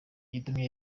gitumye